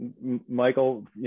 Michael